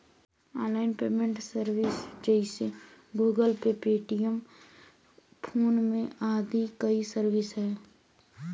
online payment service जइसे Google Pay, Paytm, PhonePe आदि कई सर्विस हौ